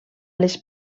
les